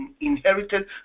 inherited